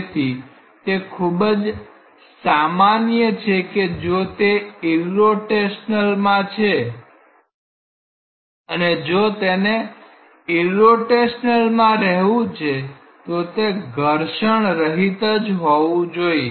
તેથી તે ખૂબ સામાન્ય છે કે જો તે ઇરરોટેશનલમાં છે અને જો તેને ઇરરોટેશનલમાં રહેવું છે તો તે ઘર્ષણરહિત જ હોવું જોઈએ